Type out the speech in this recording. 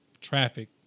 traffic